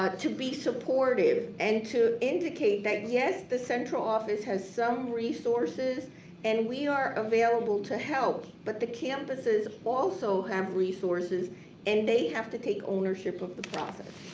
ah to be supportive and to indicate that, yes, the central office has some resources and we are available to help. but the campuses also have resources and they have to take ownership of the process.